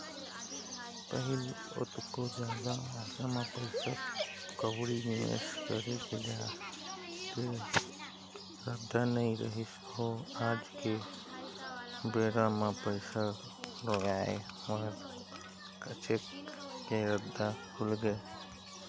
पहिली ओतका जादा मातरा म पइसा कउड़ी निवेस करे के रद्दा नइ रहिस हवय आज के बेरा म तो पइसा लगाय बर काहेच के रद्दा खुलगे हे